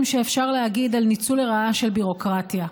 שאפשר להגיד על ניצול לרעה של ביורוקרטיה.